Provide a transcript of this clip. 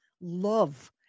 love